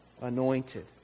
anointed